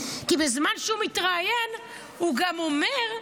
כי בזמן שהוא מתראיין הוא גם אומר,